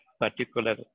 particular